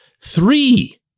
three